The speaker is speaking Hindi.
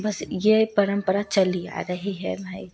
बस ये परंपरा चली आ रही है भाई